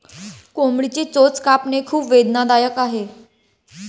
कोंबडीची चोच कापणे खूप वेदनादायक आहे